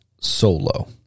solo